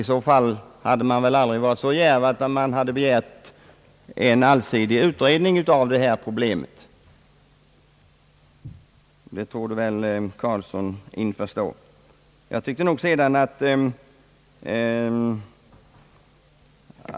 I så fall hade väl motionärerna aldrig varit så djärva att de begärt en utredning av problemställningen. Det torde herr Karlsson förstå.